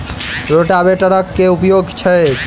रोटावेटरक केँ उपयोग छैक?